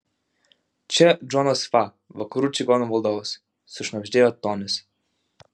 čia džonas fa vakarų čigonų valdovas sušnabždėjo tonis